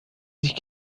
sich